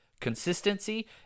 consistency